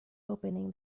opening